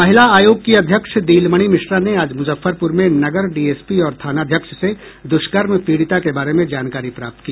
महिला आयोग की अध्यक्ष दिलमणी मिश्रा ने आज मुजफ्फरपुर में नगर डीएसपी और थानाध्यक्ष से दुष्कर्म पीड़िता के बारे में जानकारी प्राप्त की